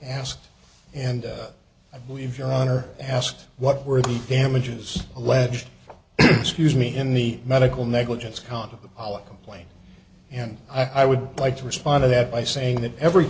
asked and i believe your honor asked what were the damages alleged excuse me in the medical negligence conduct of all a complaint and i would like to respond to that by saying that every